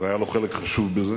היה לו חלק חשוב בזה.